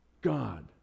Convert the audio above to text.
God